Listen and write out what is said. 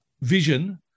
vision